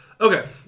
Okay